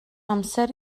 amser